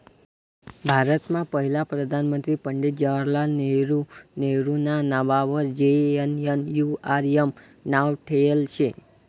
भारतमा पहिला प्रधानमंत्री पंडित जवाहरलाल नेहरू नेहरूना नाववर जे.एन.एन.यू.आर.एम नाव ठेयेल शे